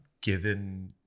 given